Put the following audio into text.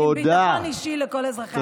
עם ביטחון אישי לכל אזרחי המדינה.